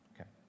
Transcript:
Okay